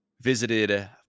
visited